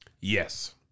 Yes